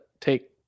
take